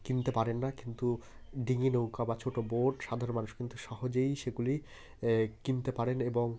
কিনতে পারেন না কিন্তু ডিঙি নৌকা বা ছোটো বোট সাধারণ মানুষ কিন্তু সহজেই সেগুলি কিনতে পারেন এবং